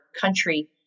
country